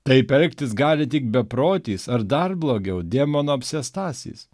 taip elgtis gali tik beprotis ar dar blogiau demonų apsėstasis